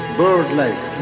bird-like